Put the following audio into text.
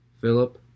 Philip